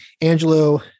angelo